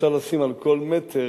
כמו שאפשר לשים על כל מטר,